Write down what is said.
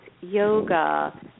yoga